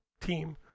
team